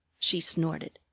she snorted.